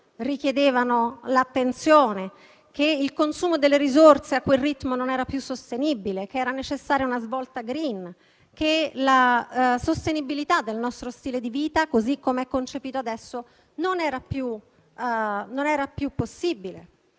richiedevano attenzione? Non sapevamo che il consumo delle risorse a quel ritmo non era più sostenibile e che era necessaria una svolta *green*? Non sapevamo che la sostenibilità del nostro stile di vita, così come concepita, non era più possibile?